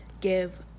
give